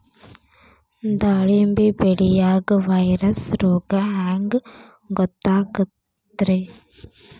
ದಾಳಿಂಬಿ ಬೆಳಿಯಾಗ ವೈರಸ್ ರೋಗ ಹ್ಯಾಂಗ ಗೊತ್ತಾಕ್ಕತ್ರೇ?